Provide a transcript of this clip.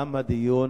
תם הדיון.